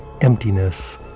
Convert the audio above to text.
emptiness